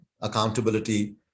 accountability